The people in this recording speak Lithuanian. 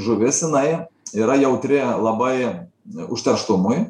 žuvis jinai yra jautri labai užterštumui